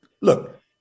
Look